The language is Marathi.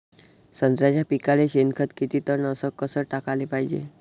संत्र्याच्या पिकाले शेनखत किती टन अस कस टाकाले पायजे?